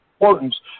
importance